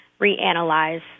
reanalyze